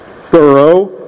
thorough